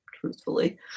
truthfully